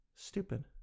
stupid